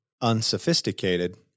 unsophisticated